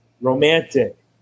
romantic